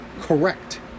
correct